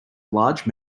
large